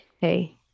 Hey